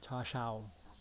叉烧